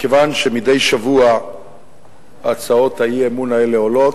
מכיוון שמדי שבוע הצעות האי-אמון האלה עולות,